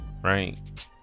right